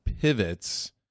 pivots